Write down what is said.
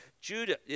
Judah